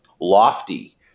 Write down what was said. lofty